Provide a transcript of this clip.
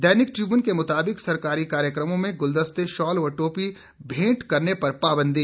दैनिक Tribune के मुताबिक सरकारी कार्यक्रमों में गुलदस्ते शॉल और टोपी भेंट करने पर पाबंदी